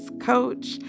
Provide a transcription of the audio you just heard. coach